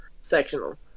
sectional